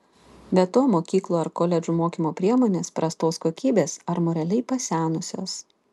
be to mokyklų ar koledžų mokymo priemonės prastos kokybės ar moraliai pasenusios